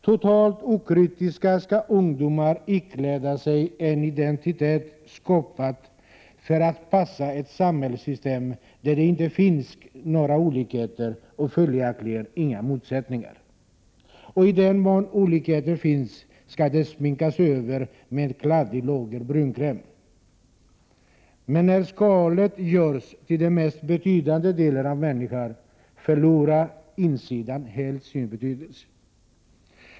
Totalt okritiska skall ungdomar ikläda sig en identitet skapad för att passa ett samhällssystem där det inte finns några olikheter och följaktligen inga motsättningar. Och i den mån olikheter finns skall de sminkas över med ett lager kladdig brunkräm. Men när skalet görs till den mest betydande delen av människan, förlorar insidan helt sin betydelse.